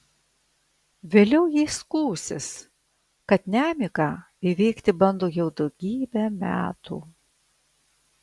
vėliau ji skųsis kad nemigą įveikti bando jau daugybę metų